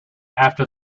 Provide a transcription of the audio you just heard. after